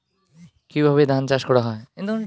কিভাবে ধান চাষ করা হয়?